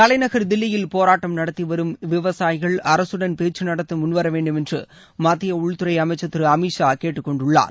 தலைநகர் தில்லியில் போராட்டம் நடத்தி வரும் விவசாயிகள் அரசுடன் பேச்சு நடத்த முன்வரவேண்டும் என்று மத்திய உள்துறை அமைச்சர் திரு அமித் ஷா கேட்டுக் கொண்டுள்ளார்